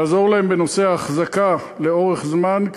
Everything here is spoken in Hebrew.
בנושא ההחזקה לאורך זמן,